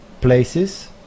places